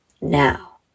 now